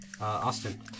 Austin